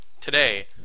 today